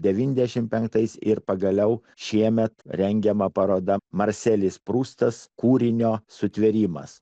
devyniasdešimt penktais ir pagaliau šiemet rengiama paroda marselis prustas kūrinio sutvėrimas